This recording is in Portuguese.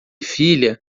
filha